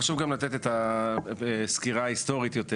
חשוב לתת את הסקירה ההיסטורית יותר